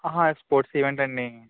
ఆహా స్పోర్ట్స్ ఈవెంటా అండి